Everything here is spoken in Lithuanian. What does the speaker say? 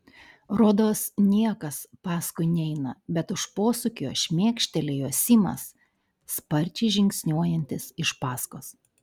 rodos niekas paskui neina bet už posūkio šmėkštelėjo simas sparčiai žingsniuojantis iš paskos